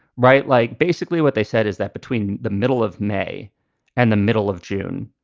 right. like, basically what they said is that between the middle of may and the middle of june,